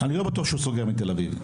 אני לא בטוח שהוא סוגר בתל אביב,